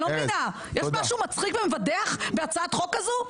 אני לא מבינה, יש משהו מצחיק ומבדח בהצעת חוק כזו?